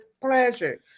pleasure